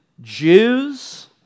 Jews